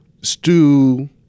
stew